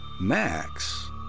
Max